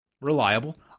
Reliable